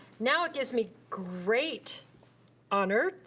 now it gives me great honor,